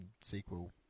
sequel